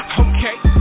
okay